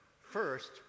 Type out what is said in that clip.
First